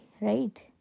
right